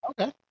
Okay